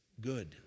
good